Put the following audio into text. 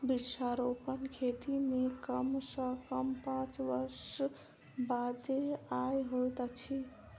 वृक्षारोपण खेती मे कम सॅ कम पांच वर्ष बादे आय होइत अछि